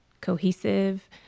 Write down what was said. cohesive